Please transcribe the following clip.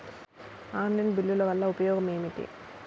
Online బిల్లుల వల్ల ఉపయోగమేమిటీ?